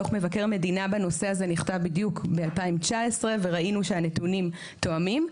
דוח מבקר המדינה בנושא זה נכתב בדיוק ב-2019 וראינו שהנתונים תואמים.